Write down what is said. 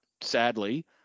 sadly